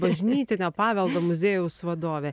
bažnytinio paveldo muziejaus vadovė